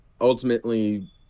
ultimately